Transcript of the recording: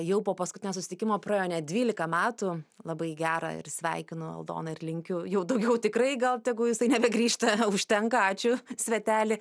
jau po paskutinio susitikimo praėjo net dvylika metų labai gera ir sveikinu aldona ir linkiu jau daugiau tikrai gal tegu jisai nebegrįžta užtenka ačiū sveteli